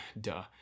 Duh